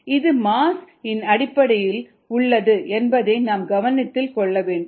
இது மாஸ் இன் அடிப்படையில் உள்ளது என்பதை நாம் கவனத்தில் கொள்ள வேண்டும்